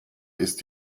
ist